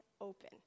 open